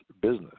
business